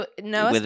No